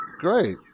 Great